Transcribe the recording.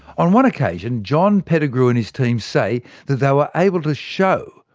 on one occasion, john pettigrew and his team say that they were able to show,